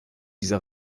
dieser